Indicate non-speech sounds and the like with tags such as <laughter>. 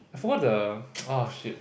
I forgot the <noise> ah shit